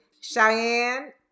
Cheyenne